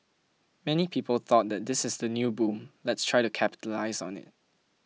many people thought that this is the new boom let's try to capitalise on it